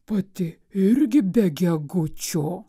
pati irgi be gegučio